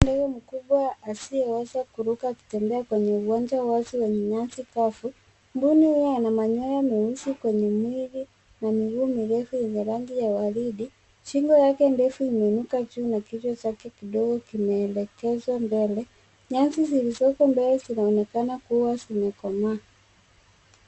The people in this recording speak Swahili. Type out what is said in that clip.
Mbuni mkubwa asiyeweza kuruka akitembea kwenye uwanja wazi wenye nyasi kavu. Mbuni huyu ana manyoya meusi kwenye mwili na miguu mirefu yenye rangi ya waridi. Shingo yake ndefu imeinuka juu na kichwa chake kidogo kimeelekezwa mbele. Nyasi zilizoko mbele zinaonekana kuwa zimekomaa.